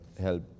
help